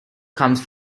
comes